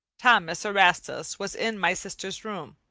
thomas erastus was in my sister's room,